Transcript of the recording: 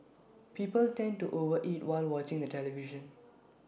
people tend to over eat while watching the television